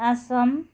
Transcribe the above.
Assam